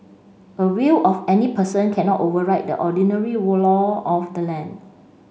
a will of any person cannot override the ordinary law of the land